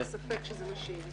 שלא יהיה לך ספק שזה מה שיהיה.